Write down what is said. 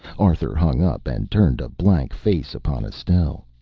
arthur hung up and turned a blank face upon estelle.